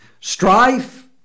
strife